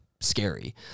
scary